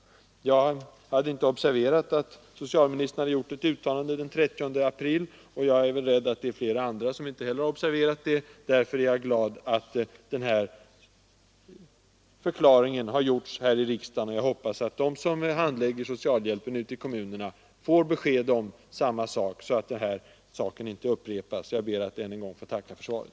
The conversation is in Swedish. taktlinser Jag hade inte observerat att socialministern gjorde ett uttalande den 30 april, och jag är rädd att flera andra inte heller har lagt märke till det. Jag hoppas att de som handlägger socialhjälpsfrågorna ute i kommunerna får besked om vad herr Aspling har sagt, så att det här förfarandet inte upprepas. Jag ber att än en gång få tacka för svaret.